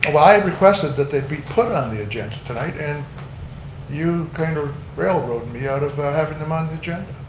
ah well i requested that they'd be put on the agenda tonight and you kind of railroad me out of having them on the agenda.